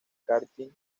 karting